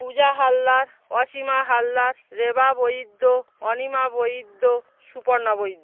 Puja Haldar Asima Haldar Reba Baidya Anima Baidya Suparna Baidya